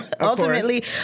Ultimately